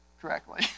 correctly